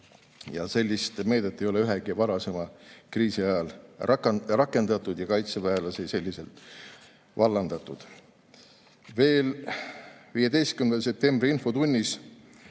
Sellist meedet ei ole ühegi varasema kriisi ajal rakendatud ja kaitseväelasi selliselt vallandatud. Veel 15. septembri infotunnis